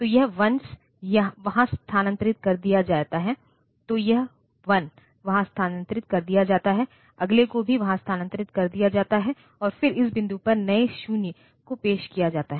तो यह वन्स वहां स्थानांतरित कर दिया जाता है तो यह वन वहां स्थानांतरित कर दिया जाता है अगले को भी वहां स्थानांतरित कर दिया जाता है और फिर इस बिंदु पर नए 0 को पेश किया जाता है